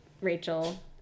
Rachel